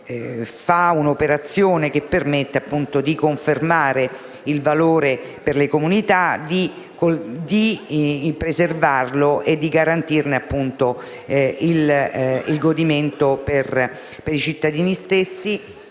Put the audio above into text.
un'operazione che permette di confermare il valore per le comunità di preservare tali territori e di garantirne, appunto, il godimento per i cittadini stessi.